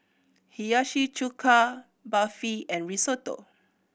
Hiyashi Chuka Barfi and Risotto